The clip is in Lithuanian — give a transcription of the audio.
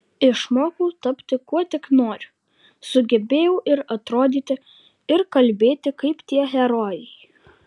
išmokau tapti kuo tik noriu sugebėjau ir atrodyti ir kalbėti kaip tie herojai